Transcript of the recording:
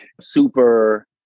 Super